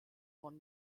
von